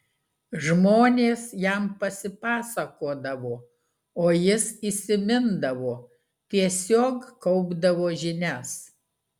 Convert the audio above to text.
žmonės jam pasipasakodavo o jis įsimindavo tiesiog kaupdavo žinias